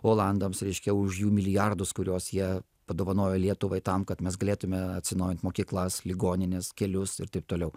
olandams reiškia už jų milijardus kuriuos jie padovanojo lietuvai tam kad mes galėtume atsinaujint mokyklas ligonines kelius ir taip toliau